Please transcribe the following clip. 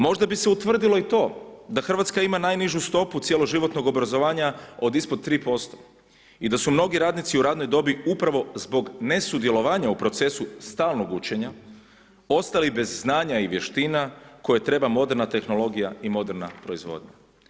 Možda bi se utvrdilo i to da Hrvatska ima najnižu stopu cijeloživotnog obrazovanja od ispod 3% i da su mnogi radnici u radnoj dobi upravo zbog nesudjelovanja u procesu stalnog učenja ostali bez znanja i vještina koje treba moderna tehnologija i moderna proizvodnja.